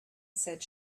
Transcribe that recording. said